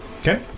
Okay